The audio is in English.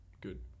Good